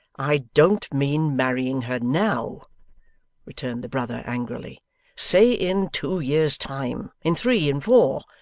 i don't mean marrying her now' returned the brother angrily say in two year's time, in three, in four.